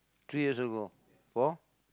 three years ago for